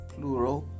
Plural